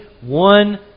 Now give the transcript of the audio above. one